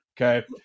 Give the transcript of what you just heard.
Okay